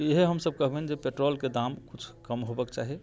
ईहे हमसब कहबनि जे पेट्राॅलके दाम किछु कम होयबाक चाही